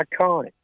Iconic